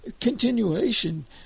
continuation